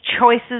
choices